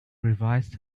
revised